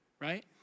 right